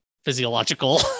physiological